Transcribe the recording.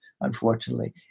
unfortunately